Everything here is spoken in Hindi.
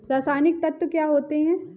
रसायनिक तत्व क्या होते हैं?